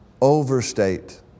overstate